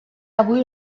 avui